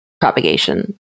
propagation